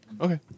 Okay